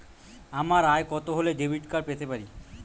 আমার আয় কত হলে ডেবিট কার্ড পেতে পারি?